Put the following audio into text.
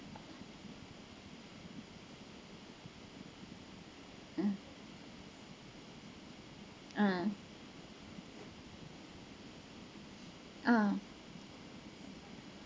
mm uh uh